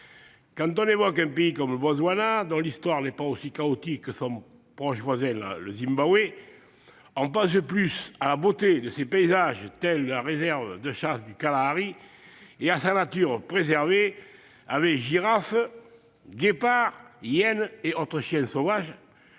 quand on évoque un pays comme le Botswana, dont l'histoire n'est pas aussi chaotique que son proche voisin, le Zimbabwe, on pense plus à la beauté de ses paysages, telle la réserve de chasse du Kalahari, et à sa nature préservée, avec girafes, guépards, hyènes et autres chiens sauvages,